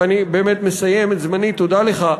ואני באמת מסיים את זמני, תודה לך.